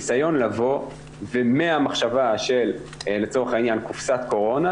ניסיון לבוא ומהמחשבה של לצורך העניין קופסת קורונה,